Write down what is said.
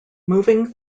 moving